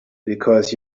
because